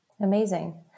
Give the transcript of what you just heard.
Amazing